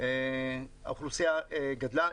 האוכלוסייה גדלה.